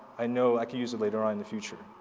i know i can use it later on in the future.